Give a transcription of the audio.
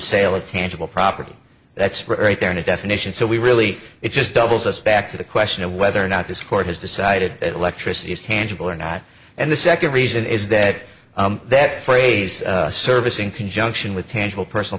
sale of tangible property that's right there in the definition so we really it just doubles us back to the question of whether or not this court has decided that electricity can triple or not and the second reason is that that phrase service in conjunction with tangible personal